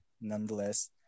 Nonetheless